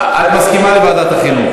את מסכימה לוועדת החינוך?